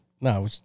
no